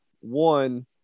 One